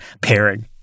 pairing